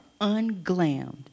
unglammed